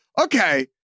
okay